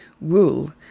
wool